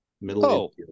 middle